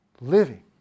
living